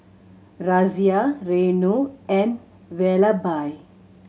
Razia Renu and Vallabhbhai